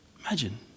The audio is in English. Imagine